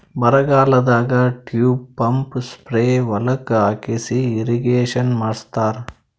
ಬರಗಾಲದಾಗ tube pump spray ಹೊಲಕ್ಕ್ ಹಾಕಿಸಿ ಇರ್ರೀಗೇಷನ್ ಮಾಡ್ಸತ್ತರ